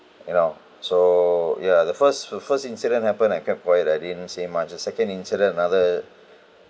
you know so ya the first the first incident happened I kept quiet I didn't say much then second incident another